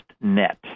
net